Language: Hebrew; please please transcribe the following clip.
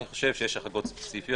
שיש החרגות ספציפיות.